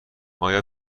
آیا